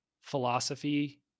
philosophy